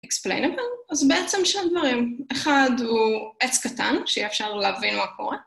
אקספלייניבל, אז בעצם שם דברים, אחד הוא עץ קטן, שאי אפשר להבין מה קורה.